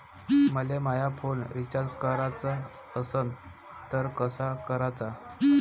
मले माया phone recharge कराचा असन तर कसा कराचा?